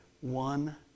one